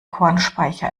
kornspeicher